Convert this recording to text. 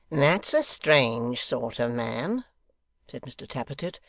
that's a strange sort of man said mr tappertit,